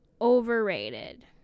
Overrated